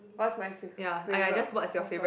what's my favorite hawker